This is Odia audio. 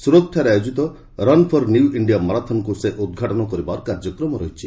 ସୁରତଠାରେ ଆୟୋଜିତ ରନ୍ ଫର୍ ନ୍ୟୁ ଇଣ୍ଡିଆ ମାରାଥନ୍କୁ ସେ ଉଦ୍ଘାଟନ କରିବାର କାର୍ଯ୍ୟକ୍ରମ ରହିଛି